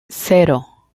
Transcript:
cero